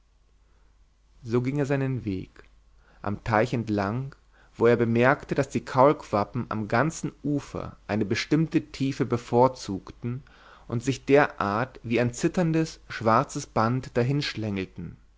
so ging er seinen weg am teich entlang wo er bemerkte daß die kaulquappen am ganzen ufer eine bestimmte tiefe bevorzugten und sich derart wie ein zitterndes schwarzes band